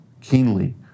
keenly